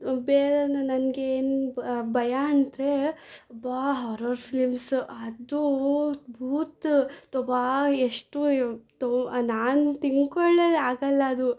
ಬೇರೆಯವರಿಂದ ನನಗೆ ಏನು ಭಯ ಅಂದರೆ ಅಬ್ಬಾ ಹಾರರ್ ಫಿಲಮ್ಸ ಅದು ಭೂತ ತೊಬ್ಬಾ ಎಷ್ಟು ತೊ ನಾನು ತಿಂಕೊಳ್ಳೇ ಆಗಲ್ಲ ಅದು